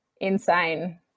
insane